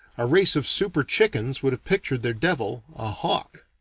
a race of super-chickens would have pictured their devil a hawk.